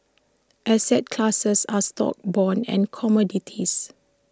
asset classes are stocks bonds and commodities